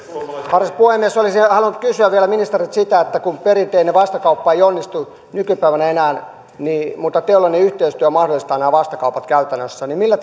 arvoisa puhemies olisin halunnut kysyä vielä ministeriltä sitä kun perinteinen vastakauppa ei onnistu nykypäivänä enää mutta teollinen yhteistyö mahdollistaa nämä vastakaupat käytännössä millä